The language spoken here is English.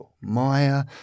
Maya